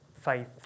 faith